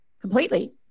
completely